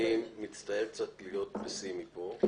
רגע, ישראל, אני מצטער קצת להיות פסימי פה.